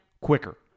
quicker